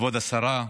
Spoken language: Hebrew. כבוד השרה,